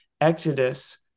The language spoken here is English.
Exodus